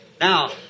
Now